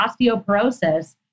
osteoporosis